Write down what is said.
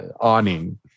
awning